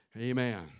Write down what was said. Amen